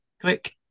Quick